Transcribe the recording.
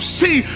see